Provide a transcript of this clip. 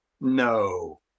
No